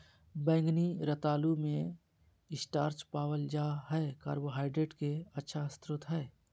बैंगनी रतालू मे स्टार्च पावल जा हय कार्बोहाइड्रेट के अच्छा स्रोत हय